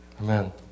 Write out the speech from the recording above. Amen